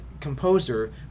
composer